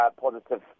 positive